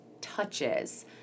touches